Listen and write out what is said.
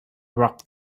rapped